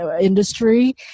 industry